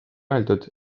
öeldud